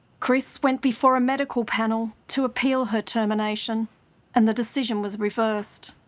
chris went before a medical panel to appeal her termination and the decision was reversed.